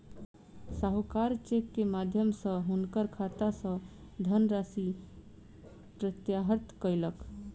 साहूकार चेक के माध्यम सॅ हुनकर खाता सॅ धनराशि प्रत्याहृत कयलक